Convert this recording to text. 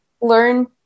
learn